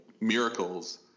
miracles